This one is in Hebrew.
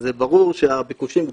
אז ברור שהביקושים גדלים,